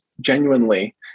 genuinely